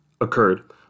occurred